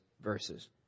verses